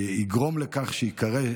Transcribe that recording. שיגרום לכך שייקראו